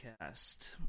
cast